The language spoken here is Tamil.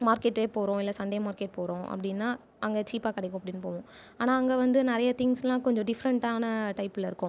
மார்கெட்டே போகறோம் இல்லை சண்டே மார்க்கெட் போகறோம் அப்படின்னா அங்கே சீப்பாக கிடைக்கும் அப்படின்னு போவோம் ஆனால் அங்கே வந்து நிறையா திங்ஸ்லாம் கொஞ்சம் டிஃப்ரெண்டான டைப்பில் இருக்கும்